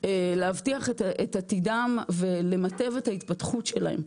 להבטיח את עתידם ולמטב את ההתפתחות שלהם,